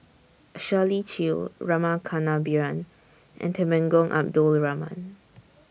Shirley Chew Rama Kannabiran and Temenggong Abdul Rahman